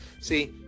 see